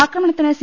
ആക്രമണത്തിന് സി